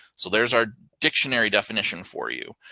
so there's our dictionary definition for you.